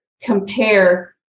compare